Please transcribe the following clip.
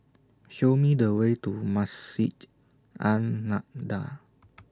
Show Me The Way to Masjid An Nahdhah